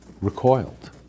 recoiled